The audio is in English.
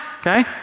okay